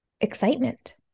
excitement